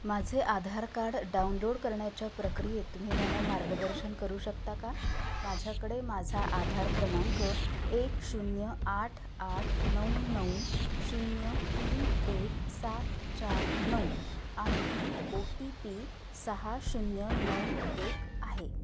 माझे Aadhaar card download करण्याच्या प्रक्रियेत तुम्ही मला मार्गदर्शन करू शकता का माझ्याकडे माझा आधार क्रमांक एक शून्य आठ आठ नऊ नऊ शून्य तीन एक सात चार नऊ आणि ओ टी पी सहा शून्य नऊ एक आहे